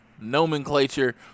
nomenclature